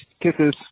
kisses